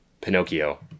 Pinocchio